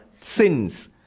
sins